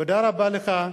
תודה רבה לך,